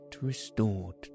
restored